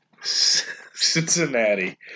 Cincinnati